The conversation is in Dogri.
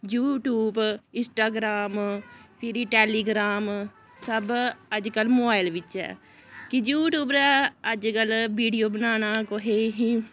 यूट्यूब इस्टाग्राम फिरी टैलीग्राम सब अज्ज मोबाइल बिच्च ऐ कि यूट्यूब पर अज्जकल बीडियो बनाना ओह् ही